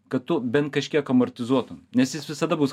kad tu bent kažkiek amortizuotum nes jis visada bus